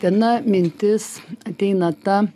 viena mintis ateina ta